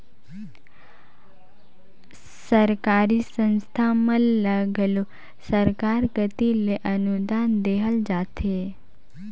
सरकारी संस्था मन ल घलो सरकार कती ले अनुदान देहल जाथे